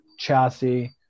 chassis